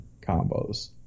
combos